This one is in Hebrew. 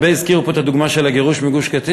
הרבה הזכירו כאן את הדוגמה של הגירוש מגוש-קטיף,